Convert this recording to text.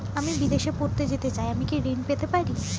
আমি বিদেশে পড়তে যেতে চাই আমি কি ঋণ পেতে পারি?